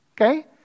Okay